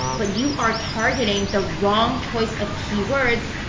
but you are targeting the wrong choice of keywords,